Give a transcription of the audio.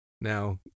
now